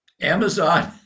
Amazon